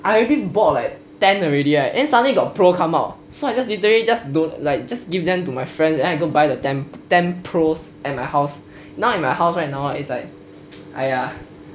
I already bought like ten already right then suddenly got pro come out so I just literally just don't just give them to my friends then I go buy the ten pros at my house now in my house right right now is like !aiya!